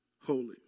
holy